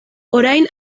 orain